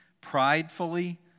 pridefully